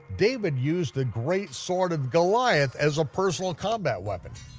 david used the great sword of goliath as a personal combat weapon.